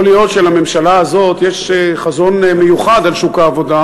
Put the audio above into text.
יכול להיות שלממשלה הזאת יש חזון מיוחד על שוק העבודה,